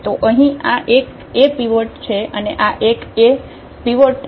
તો અહીં આ 1 એ પીવોટ છે અને આ 1 એ પીવોટ છે અને આ 2 એ પણ પીવોટ છે